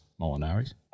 Molinari's